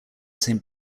saint